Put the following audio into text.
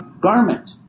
garment